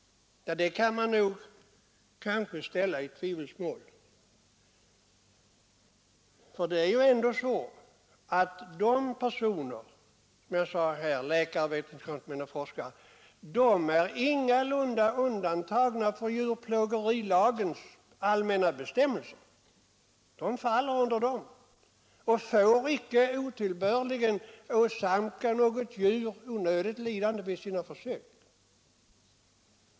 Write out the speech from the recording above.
Ja, det kan man kanske ställa i tvivelsmål. För det är ju ändå så att dessa personer — läkare, vetenskapsmän och forskare — ingalunda är undantagna från djurplågerilagens allmänna bestämmelser. De faller under dessa och får icke otillbörligen åsamka något djur onödigt lidande vid sina försök.